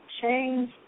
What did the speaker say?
change